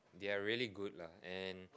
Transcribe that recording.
they're really good lah and